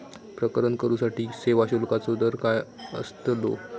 प्रकरण करूसाठी सेवा शुल्काचो दर काय अस्तलो?